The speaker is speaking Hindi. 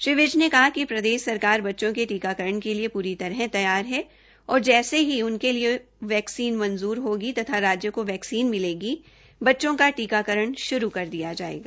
श्री विज ने कहा कि प्रदेश सरकार बच्चों के टीकाकरण के लिए पूरी तरह तैयार है और जैसे ही उनके लिए वैक्सीन मंजूर होगी तथा राज्य को वैक्सीन मिलेगी बच्चों का टीकाकरण श्रू कर दिया जायेगा